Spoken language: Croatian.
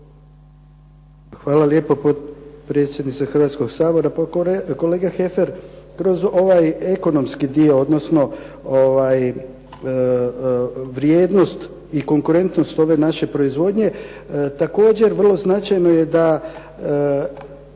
Hvala lijepo potpredsjednice Hrvatskog sabora. Pa kolega Heffer kroz ovaj ekonomski dio, odnosno vrijednost i konkurentnost ove naše proizvodnje također vrlo značajno je da